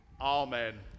Amen